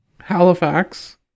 Halifax